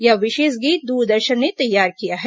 यह विशेष गीत दूरदर्शन ने तैयार किया है